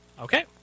Okay